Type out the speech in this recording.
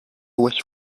wish